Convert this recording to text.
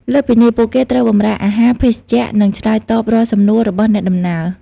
លើសពីនេះ ពួកគេត្រូវបម្រើអាហារ ភេសជ្ជៈ និងឆ្លើយតបរាល់សំណួររបស់អ្នកដំណើរ។